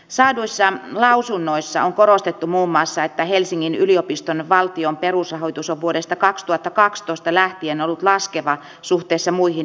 sadoissa lausunnoissa on korostettu muun muassa että helsingin yliopiston valtion perusrahoitus on vuodesta kaksituhattakaksitoista lähtien ollut laskeva suhteessa muihin